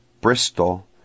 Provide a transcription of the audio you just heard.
Bristol